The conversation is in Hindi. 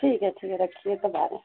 ठीक है ठीक है रखिए तब आ रहे हैं